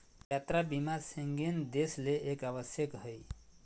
यात्रा बीमा शेंगेन देश ले एक आवश्यक हइ